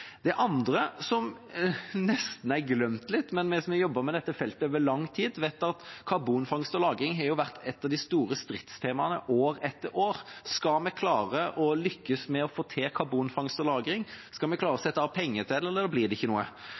Det andre er nesten litt glemt, men vi som har jobbet med dette feltet over lang tid, vet at karbonfangst og -lagring har vært et av de store stridstemaene år etter år. Skal vi lykkes med å få til karbonfangst og -lagring, skal vi klare å sette av penger til det, eller blir det ikke noe?